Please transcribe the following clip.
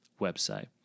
website